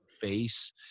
face